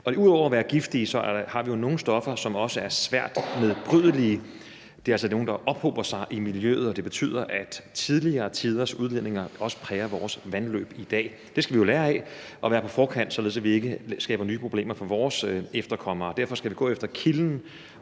Ud over at være giftige har vi jo nogle stoffer, som også er svært nedbrydelige. Det er altså nogle, der ophober sig i miljøet. Det betyder, at tidligere tiders udledninger også præger vores vandløb i dag. Det skal vi jo lære af og være på forkant med, således at vi ikke skaber nye problemer for vores efterkommere. Derfor skal vi gå efter kilden